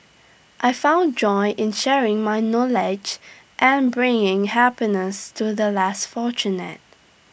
I found joy in sharing my knowledge and bringing happiness to the less fortunate